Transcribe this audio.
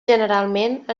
generalment